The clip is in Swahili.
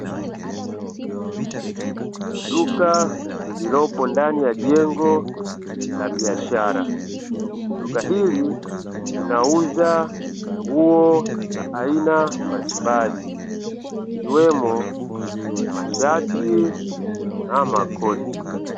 Duka lililopo ndani ya jengo la biashara. Duka hili linauza nguo za aina mbalimbali ikiwemo mashati na makoti.